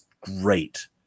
great